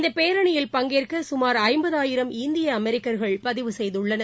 இந்தபேரணியில் பங்கேற்ககமார் ஐம்பதாயிரம் இந்தியஅமெரிக்கர்கள் பதிவு செய்துள்ளனர்